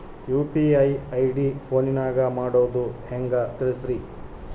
UPI ID ಫೋನಿನಾಗ ಮಾಡೋದು ಹೆಂಗ ತಿಳಿಸ್ರಿ?